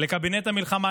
לקבינט המלחמה,